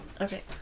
Okay